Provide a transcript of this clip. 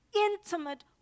intimate